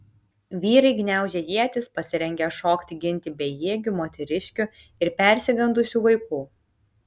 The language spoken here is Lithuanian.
vyrai gniaužė ietis pasirengę šokti ginti bejėgių moteriškių ir persigandusių vaikų